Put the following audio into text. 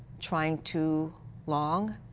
trying too long,